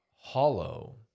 hollow